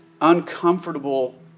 uncomfortable